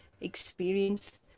experience